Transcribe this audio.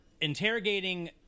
interrogating